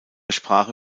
sprache